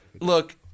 Look